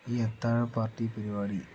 ഈ അത്താഴപ്പാർട്ടി പരിപാടി